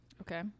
okay